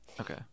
Okay